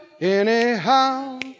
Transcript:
anyhow